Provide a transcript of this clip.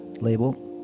label